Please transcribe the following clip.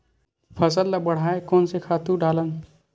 फसल ल बढ़ाय कोन से खातु डालन?